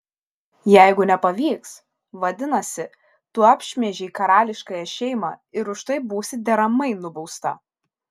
jeigu nepavyks vadinasi tu apšmeižei karališkąją šeimą ir už tai būsi deramai nubausta